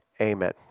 Amen